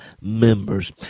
members